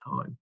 time